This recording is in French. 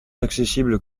accessible